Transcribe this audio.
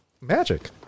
magic